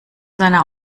seiner